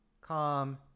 Calm